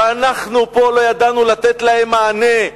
שאנחנו פה לא ידענו לתת להם מענה?